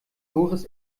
doris